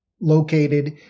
located